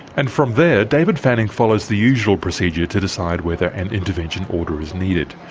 and from there, david fanning follows the usual procedure to decide whether an intervention order is needed.